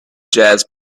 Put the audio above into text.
jazz